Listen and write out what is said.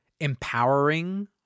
empowering